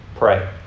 Pray